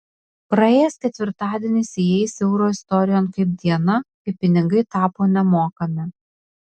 praėjęs ketvirtadienis įeis euro istorijon kaip diena kai pinigai tapo nemokami